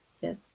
Yes